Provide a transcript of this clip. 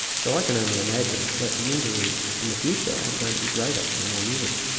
so i can only imagine that the injuries in the future are going to be greater and more numerous.